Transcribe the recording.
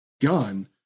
gun